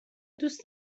دوست